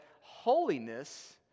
holiness